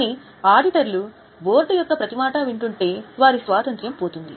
కాని ఆడిటర్లు బోర్డు యొక్క ప్రతి మాట వింటుంటే వారి స్వాతంత్య్రం పోతుంది